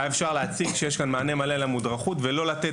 היה אפשר להציג שיש כאן מענה מלא למודרכות ולא לתת